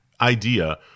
idea